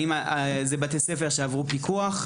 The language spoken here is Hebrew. האם מדובר בבתי ספר שעברו פיקוח?